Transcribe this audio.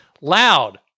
loud